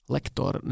Lektor